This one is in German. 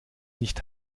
nicht